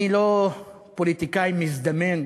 אני לא פוליטיקאי מזדמן,